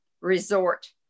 resort